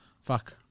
Fuck